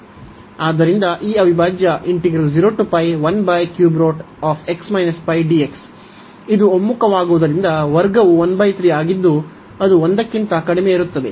ಆದ್ದರಿಂದ ಈ ಅವಿಭಾಜ್ಯ ಇದು ಒಮ್ಮುಖವಾಗುವುದರಿಂದ ವರ್ಗವು 13 ಆಗಿದ್ದು ಅದು 1 ಕ್ಕಿಂತ ಕಡಿಮೆಯಿರುತ್ತದೆ